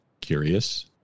Curious